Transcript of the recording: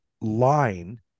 line